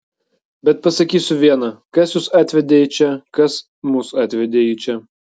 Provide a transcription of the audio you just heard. bet pasakysiu viena kas jus atvedė į čia kas mus atvedė į čia